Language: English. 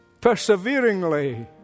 perseveringly